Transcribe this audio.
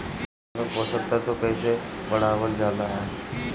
माटी में पोषक तत्व कईसे बढ़ावल जाला ह?